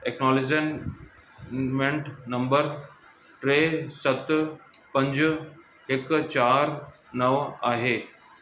एक्नोलेजंट मेंंट number टे सत पंज हिकु चार नवं आहे